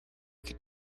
could